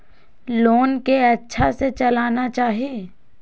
Loan के अच्छा से चलाना चाहि?